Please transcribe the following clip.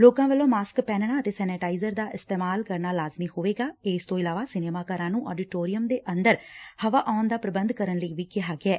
ਲੋਕਾਂ ਵੱਲੋਂ ਮਾਸਕ ਪਹਿਨਣਾ ਅਤੇ ਸੈਨੇਟਾਈਜਰ ਦਾ ਇਸਤੇਮਾਲ ਕਰਨਾ ਲਾਜ਼ਮੀ ਹੋਵੇਗਾ ਇਸ ਤੋਂ ਇਲਾਵਾ ਸਿਨੇਮਾ ਘਰਾਂ ਨੂੰ ਆਡੀਟੋਰੀਅਮ ਦੇ ਅੰਦਰ ਹਵਾ ਆਉਣ ਦਾ ਪ੍ਬੰਧ ਕਰਨ ਲਈ ਕਿਹਾ ਗਿਐ